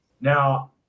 now